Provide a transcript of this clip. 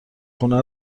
خونه